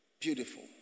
Beautiful